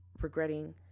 regretting